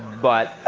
but